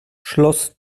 schloss